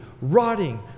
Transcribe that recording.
rotting